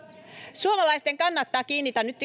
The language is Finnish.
suomalaisten kannattaa kiinnittää nyt